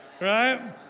Right